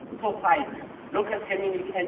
society, local community, and